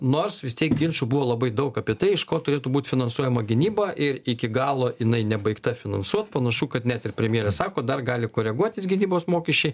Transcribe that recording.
nors vis tiek ginčų buvo labai daug apie tai iš ko turėtų būt finansuojama gynyba ir iki galo jinai nebaigta finansuot panašu kad net ir premjerė sako dar gali koreguotis gynybos mokesčiai